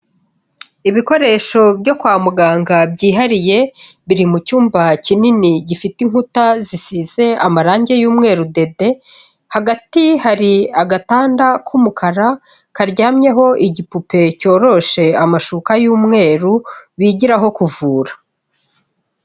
Ibikoresho byo kwa muganga byihariye, biri mu cyumba kinini gifite inkuta zisize amarangi y'umweru dede, hagati hari agatanda k'umukara karyamyeho igipupe cyoroshe amashuka y'umweru bigiraho kuvura.